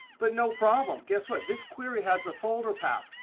but no problem. guess what? this query has the folder path.